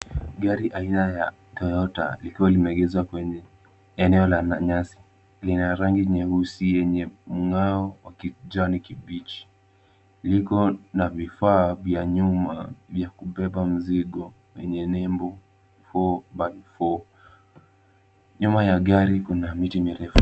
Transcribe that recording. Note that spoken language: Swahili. Gari aina ya Toyota likiwa limeegezwa kwenye eneo la nyasi, lina rangi nyeusi yenye mng'ao wa kijani kibichi. Liko na vifaa vya nyuma vya kubeba mzigo yenye nembo four by four . Nyuma ya gari kuna miti mirefu.